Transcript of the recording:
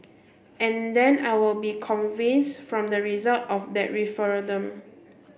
and then I will be convince from the result of that referendum